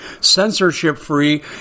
censorship-free